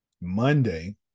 Monday